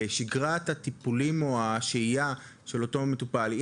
בשגרת הטיפולים או השהייה של אותו מטופל,